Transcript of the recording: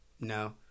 no